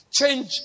change